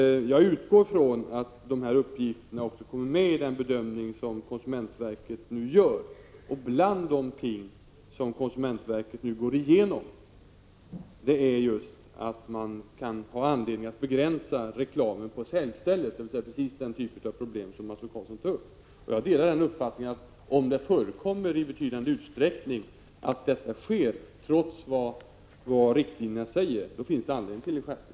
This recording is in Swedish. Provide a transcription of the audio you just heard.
Jag utgår ifrån att de här uppgifterna kommer med vid den bedömning som konsumentverket nu gör. Till det som konsumentverket nu går igenom hör just detta att det kan finnas anledning att begränsa reklamen på säljstället. Det är alltså just den typ av problem som Mats O Karlsson tog upp. Jag delar uppfattningen att om det här sker i betydande utsträckning, trots riktlinjerna, finns det anledning till en skärpning.